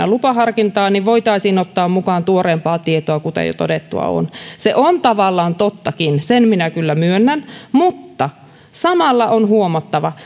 lupaharkintaa niin voitaisiin ottaa mukaan tuoreempaa tietoa kuten jo todettua on se on tavallaan tottakin sen minä kyllä myönnän mutta samalla on huomattava